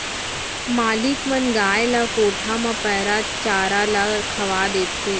मालिक मन गाय ल कोठा म पैरा चारा ल खवा देथे